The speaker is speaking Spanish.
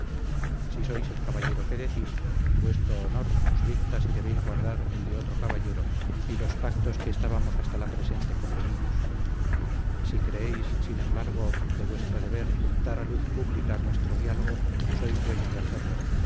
si sois el caballero que decís vuestro honor os dicta si debéis guardar el de otro caballero y los pactos que estábamos hasta la presente convenidos si creéis sin embargo de vuestro deber dar a luz pública nuestro diálogo sois dueño de hacerlo